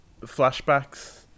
flashbacks